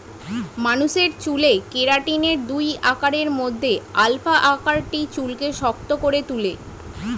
মানুষের চুলে কেরাটিনের দুই আকারের মধ্যে আলফা আকারটি চুলকে শক্ত করে তুলে